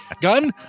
Gun